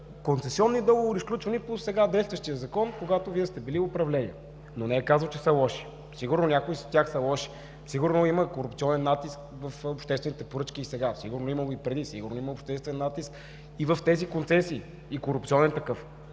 концесионни договори, сключвани по сега действащия Закон, когато Вие сте били управление. Но не е казал, че са лоши! Сигурно някои за тях са лоши, сигурно има корупционен натиск в обществените поръчки и сега, сигурно е имало и преди, сигурно има обществен натиск и в тези концесии – корупционен такъв,